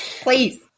Please